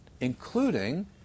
Including